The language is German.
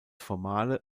formale